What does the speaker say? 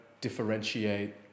differentiate